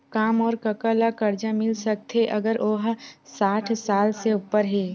का मोर कका ला कर्जा मिल सकथे अगर ओ हा साठ साल से उपर हे?